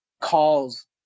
Calls